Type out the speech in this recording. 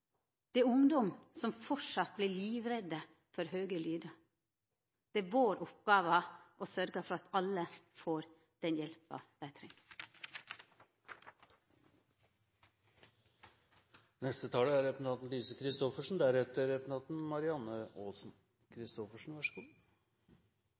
Det er ungdom som framleis er livredde for høge lydar. Det er vår oppgåve å sørgja for at alle får den hjelpa dei